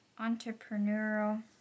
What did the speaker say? entrepreneurial